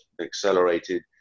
accelerated